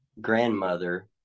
grandmother